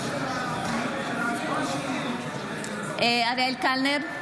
בעד אריאל קלנר,